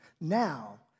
now